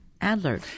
Adler